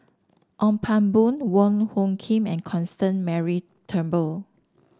Ong Pang Boon Wong Hung Khim and Constance Mary Turnbull